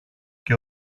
και